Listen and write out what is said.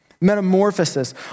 Metamorphosis